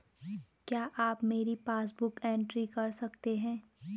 क्या आप मेरी पासबुक बुक एंट्री कर सकते हैं?